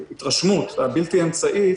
ההתרשמות הבלתי אמצעית